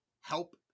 help